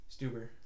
Stuber